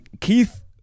keith